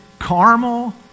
caramel